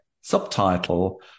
subtitle